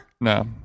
No